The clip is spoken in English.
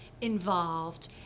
involved